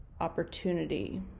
opportunity